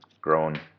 grown